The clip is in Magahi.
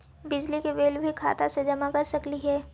बिजली के बिल भी खाता से जमा कर सकली ही?